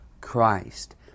Christ